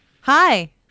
Hi